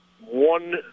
one